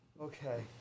Okay